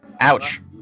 Ouch